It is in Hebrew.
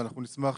ואנחנו נשמח